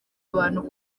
abantu